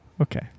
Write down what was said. okay